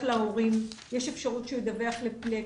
יש אפשרות שהוא ידווח להורים,